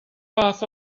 fath